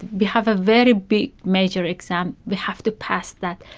we have a very big major exam, we have to pass that.